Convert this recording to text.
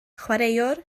chwaraewr